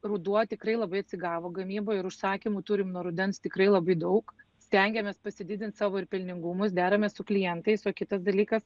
ruduo tikrai labai atsigavo gamyba ir užsakymų turim nuo rudens tikrai labai daug stengiamės pasididint savo ir pelningumus deramės su klientais o kitas dalykas